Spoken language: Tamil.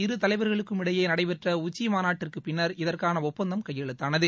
இருதலைவருக்கும் இடையே நடைபெற்ற உச்சிமாநாட்டிற்கு பின்னர் இதற்கான ஒப்பந்தம் கையெழுத்தானது